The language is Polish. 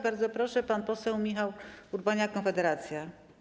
Bardzo proszę, pan poseł Michał Urbaniak, Konfederacja.